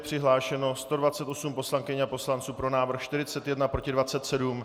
Přihlášeno 128 poslankyň a poslanců, pro návrh 41, proti 27.